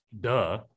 Duh